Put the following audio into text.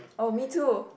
oh me too